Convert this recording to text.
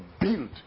build